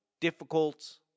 difficult